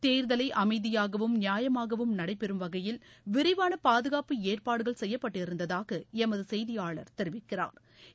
தேர்தலை அமைதியாகவும் நியாயமாகவும் நடைபெறும் வகையில் விரிவான பாதுகாப்பு ஏற்பாடுகள் செய்யப்பட்டிருந்ததாக எமது செய்தியாளா் தெரிவிக்கிறாா்